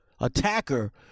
attacker